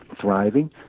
thriving